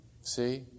see